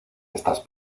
estas